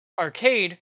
Arcade